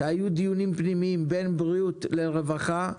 שהיו דיונים פנימיים בין בריאות לרווחה,